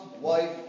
wife